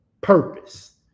Purpose